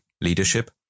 leadership